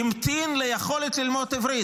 המתין ליכולת ללמוד עברית.